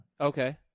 Okay